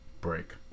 break